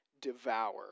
devour